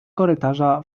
korytarza